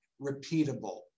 repeatable